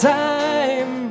time